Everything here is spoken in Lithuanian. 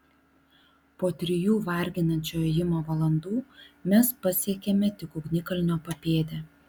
po trijų varginančio ėjimo valandų mes pasiekėme tik ugnikalnio papėdę